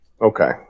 Okay